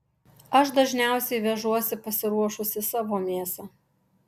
aš dažniausiai vežuosi pasiruošusi savo mėsą